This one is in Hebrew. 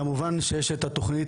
כמובן שיש את התוכנית,